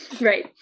Right